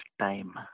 time